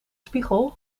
spiegel